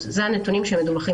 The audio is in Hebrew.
אלה הנתונים שמדווחים